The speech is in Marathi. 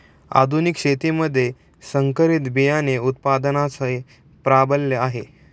आधुनिक शेतीमध्ये संकरित बियाणे उत्पादनाचे प्राबल्य आहे